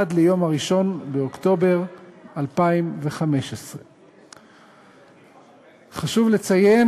עד ליום 1 באוקטובר 2015. חשוב לציין,